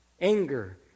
anger